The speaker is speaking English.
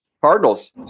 Cardinals